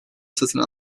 satın